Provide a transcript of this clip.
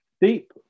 Deep